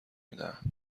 میدهند